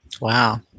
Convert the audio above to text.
Wow